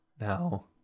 Now